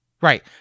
Right